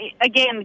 again